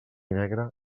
negre